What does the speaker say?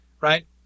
right